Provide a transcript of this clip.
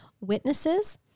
witnesses